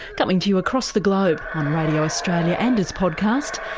coming to you across the globe on radio australia and as podcast.